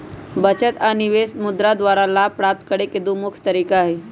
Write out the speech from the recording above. बचत आऽ निवेश मुद्रा द्वारा लाभ प्राप्त करेके दू मुख्य तरीका हई